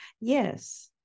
Yes